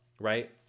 right